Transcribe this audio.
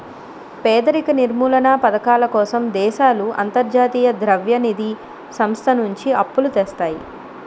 పేదరిక నిర్మూలనా పధకాల కోసం దేశాలు అంతర్జాతీయ ద్రవ్య నిధి సంస్థ నుంచి అప్పులు తెస్తాయి